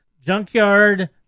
junkyard